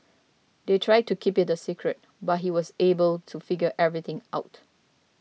they tried to keep it a secret but he was able to figure everything out